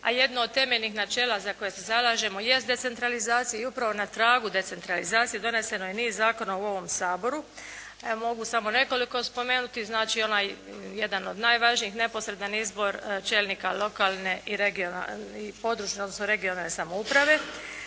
a jedno od temeljnih načela za koje se zalažemo jest decentralizacija i upravo na tragu decentralizacije doneseno je niz zakona u ovom Saboru. Ja mogu samo nekoliko spomenuti. Znači, onaj jedan od najvažnijih neposredan izbor čelnika lokalne i područne, odnosno regionalne samouprave.